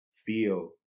feel